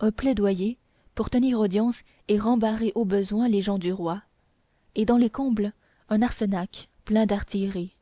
un plaidoyer pour tenir audience et rembarrer au besoin les gens du roi et dans les combles un arsenac plein d'artillerie